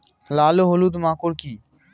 লাল ও হলুদ মাকর কী?